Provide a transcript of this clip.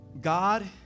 God